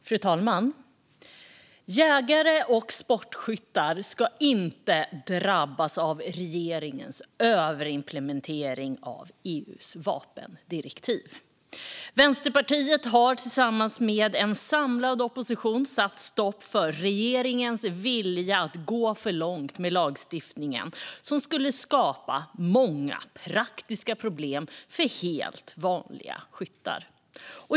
Fru talman! Jägare och sportskyttar ska inte drabbas av regeringens överimplementering av EU:s vapendirektiv. Vänsterpartiet har tillsammans med en samlad opposition satt stopp för regeringens vilja att gå för långt med lagstiftningen som skulle skapa många praktiska problem för helt vanliga skyttar.